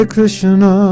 Krishna